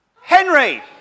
Henry